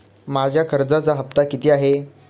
माझा कर्जाचा हफ्ता किती आहे?